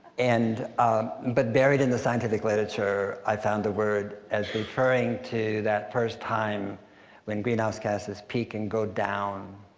and ah but buried in the scientific literature, i found the word as referring to that first time when greenhouse gases peak and go down